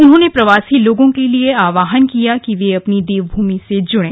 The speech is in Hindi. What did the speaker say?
उन्होंने प्रवासी लोगों से आहवान किया कि वे अपनी देव भूमि से जुडे